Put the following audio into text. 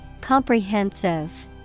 Comprehensive